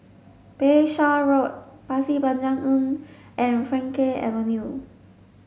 Bayshore Road Pasir Panjang Inn and Frankel Avenue